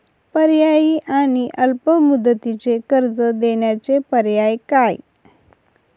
पर्यायी आणि अल्प मुदतीचे कर्ज देण्याचे पर्याय काय?